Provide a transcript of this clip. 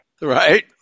Right